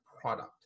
product